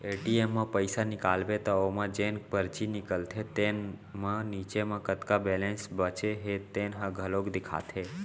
ATM म पइसा निकालबे त ओमा जेन परची निकलथे तेन म नीचे म कतका बेलेंस बाचे हे तेन ह घलोक देखाथे